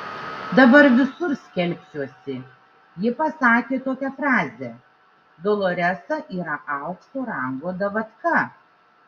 dabar visur skelbsiuosi ji pasakė tokią frazę doloresa yra aukšto rango davatka